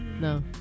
no